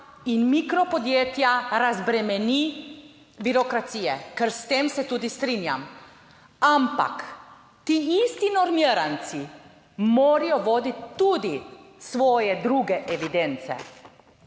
in mikro podjetja razbremeni birokracije, ker s tem se tudi strinjam, ampak, ti isti normiranci morajo voditi tudi svoje druge evidence